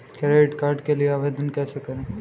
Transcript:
Credit card के लिए आवेदन कैसे करें?